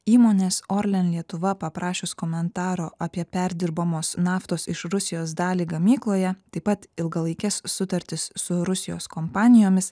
įmonės orlen lietuva paprašius komentaro apie perdirbamos naftos iš rusijos dalį gamykloje taip pat ilgalaikes sutartis su rusijos kompanijomis